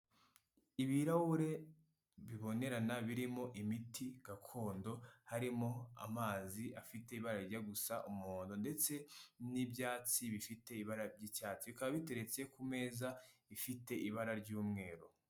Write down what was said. Ibirahure bibonerana, birimo imiti gakondo, harimo amazi afite ibara rijya gusa umuhondo, ndetse n'ibyatsi bifite ibara by' icyatsikaba biteretse ku meza ifite ibara ry'umweru.